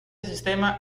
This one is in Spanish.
sistema